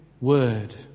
word